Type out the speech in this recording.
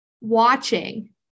watching